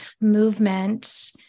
movement